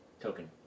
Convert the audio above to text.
token